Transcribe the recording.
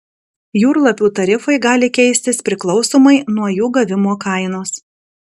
jūrlapių tarifai gali keistis priklausomai nuo jų gavimo kainos